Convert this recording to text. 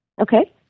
Okay